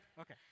Okay